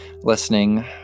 listening